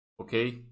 okay